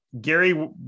gary